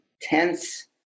tense